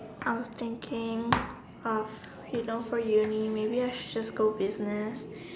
I was thinking of you know for uni I should just go business